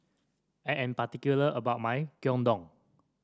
I am particular about my Gyudon